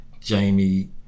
Jamie